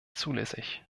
zulässig